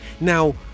now